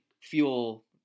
fuel